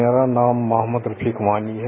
मेरा नाम मोहम्मद रफीक वानी है